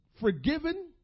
forgiven